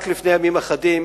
רק לפני ימים אחדים